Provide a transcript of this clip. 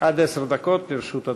עד עשר דקות לרשות אדוני.